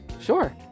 Sure